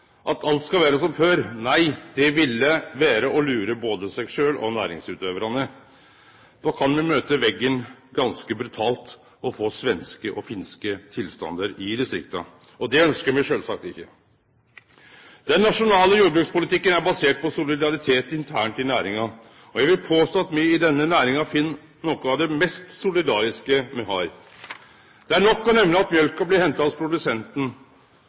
at alt skal vere som før. Nei, det ville vere å lure både seg sjølv og næringsutøvarane. Då kan me møte veggen ganske brutalt og få svenske og finske tilstandar i distrikta. Det ønskjer me sjølvsagt ikkje. Den nasjonale jordbrukspolitikken er basert på solidaritet internt i næringa. Eg vil påstå at me i denne næringa finn noko av det mest solidariske me har. Det er nok å nemne at mjølka blir henta hos